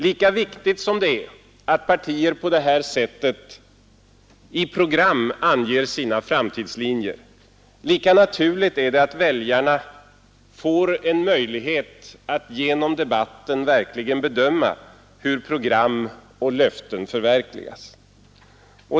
Lika viktigt som det är att partierna i program anger sina framtidslinjer, lika naturligt är det att väljarna genom debatten verkligen får en möjlighet att bedöma hur program och löften förverkligas.